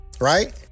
right